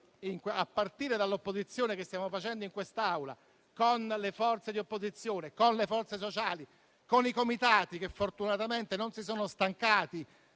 a partire dall'opposizione che stiamo facendo in quest'Aula con le forze di opposizione, con le forze sociali e con i comitati che fortunatamente non si sono stancati